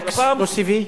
אַקסקלוסיבי?